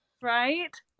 Right